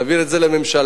תעביר את זה לממשלה,